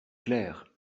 clairs